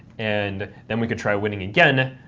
and then we could try winning again.